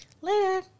Later